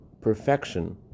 perfection